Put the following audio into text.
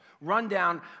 rundown